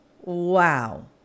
wow